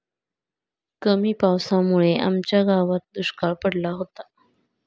कमी पावसामुळे आमच्या गावात दुष्काळ पडला होता